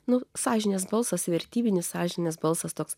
nu sąžinės balsas vertybinis sąžinės balsas toks